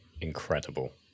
Incredible